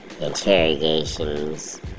interrogations